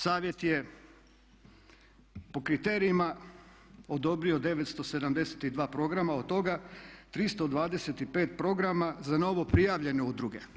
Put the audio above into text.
Savjet je po kriterijima odobrio 972 programa od toga 325 programa za novo prijavljene udruge.